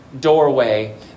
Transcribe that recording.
doorway